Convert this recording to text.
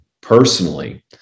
personally